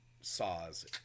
Saws